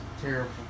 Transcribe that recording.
terrible